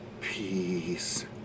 peace